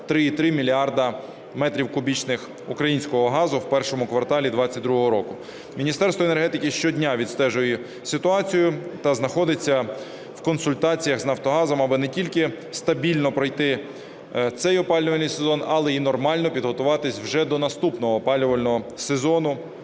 3,3 мільярда метрів кубічних українського газу в І кварталі 22-го року. Міністерство енергетики щодня відстежує ситуацію та знаходиться в консультаціях з Нафтогазом, аби не тільки стабільно пройти цей опалювальний сезон, але і нормально підготуватись вже до наступного опалювального сезону,